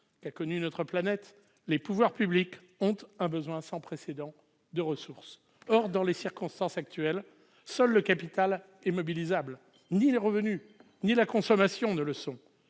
qu'a connu notre planète, les pouvoirs publics ont un besoin sans précédent de ressources. Or, dans les circonstances actuelles, seul le capital est mobilisable : ni les revenus ni la consommation ne le sont.